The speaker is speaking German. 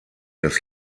des